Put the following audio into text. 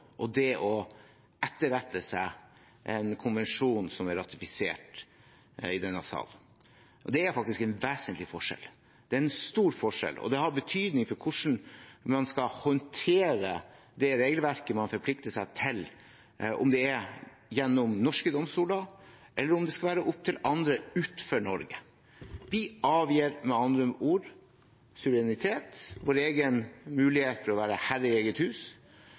menneskerettsloven og å rette seg etter en konvensjon som er ratifisert i denne sal. Det er faktisk en vesentlig forskjell, det er en stor forskjell, og det har betydning for hvordan man skal håndtere det regelverket man forplikter seg til – om det skal skje gjennom norske domstoler, eller om det skal være opp til andre utenfor Norge. Vi avgir med andre ord suverenitet, vår egen mulighet til å være herre i eget hus,